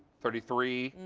thirty three,